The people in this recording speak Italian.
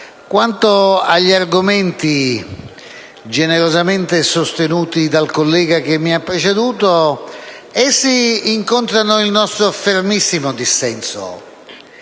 Quanto agli argomenti generosamente sostenuti dal collega che mi ha preceduto, sottolineo che essi incontrano il nostro fermissimo dissenso.